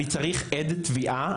אני צריך עד תביעה,